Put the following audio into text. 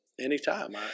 anytime